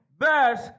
verse